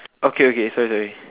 okay okay sorry sorry